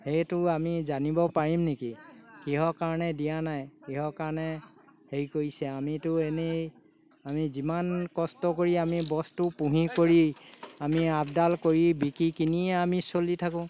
সেইটো আমি জানিব পাৰিম নেকি কিহৰ কাৰণে দিয়া নাই কিহৰ কাৰণে হেৰি কৰিছে আমিতো এনেই আমি যিমান কষ্ট কৰি আমি বস্তু পুহি কৰি আমি আপডাল কৰি বিকি কিনিয়ে আমি চলি থাকোঁ